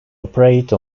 operate